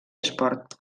esport